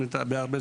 בארבל,